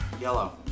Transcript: Yellow